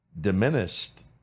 diminished